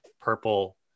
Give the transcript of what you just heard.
purple